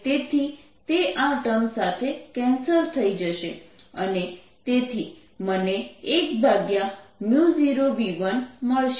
તેથી તે આ ટર્મ સાથે કેન્સલ થઇ જશે અને તેથી મને 10v1 મળશે